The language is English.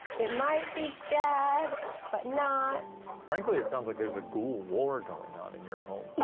it might be bad but not. frankly it sounds like there's a ghoul war going on in your home.